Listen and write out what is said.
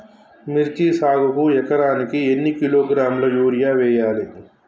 మిర్చి సాగుకు ఎకరానికి ఎన్ని కిలోగ్రాముల యూరియా వేయాలి?